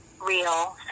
real